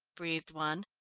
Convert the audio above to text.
breathed one.